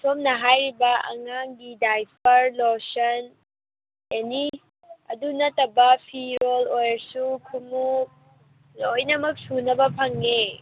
ꯁꯣꯝꯅ ꯍꯥꯏꯔꯤꯕ ꯑꯉꯥꯡꯒꯤ ꯗꯥꯏꯄꯔ ꯂꯣꯁꯟ ꯑꯦꯅꯤ ꯑꯗꯨ ꯅꯠꯇꯕ ꯐꯤꯔꯣꯜ ꯑꯣꯏꯔꯁꯨ ꯈꯣꯡꯎꯞ ꯂꯣꯏꯅꯃꯛ ꯁꯨꯅꯕ ꯐꯪꯉꯦ